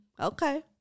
Okay